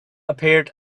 appeared